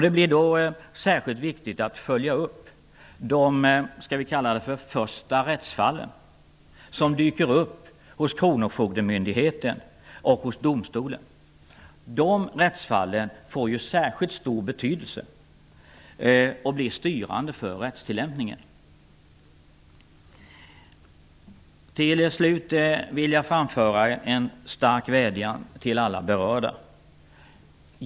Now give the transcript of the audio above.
Det blir särskilt viktigt att följa upp de första rättsfallen som dyker upp hos kronofogdemyndigheten och domstolen. De rättsfallen får särskilt stor betydelse och blir styrande för rättstillämpningen. Till slut vill jag framföra en stark vädjan till alla berörda.